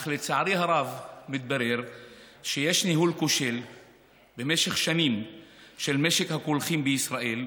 אך לצערי הרב מתברר שבמשך שנים יש ניהול כושל של משק הקולחים בישראל,